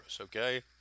okay